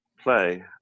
play